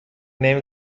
نمی